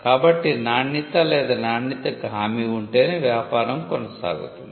కాబట్టి నాణ్యత లేదా నాణ్యతకు హామీ ఉంటేనే వ్యాపారం కొనసాగుతుంది